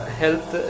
health